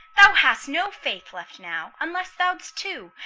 thou hast no faith left now, unless thou'dst two,